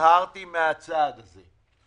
והזהרתי מהצעד הזה.